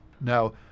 Now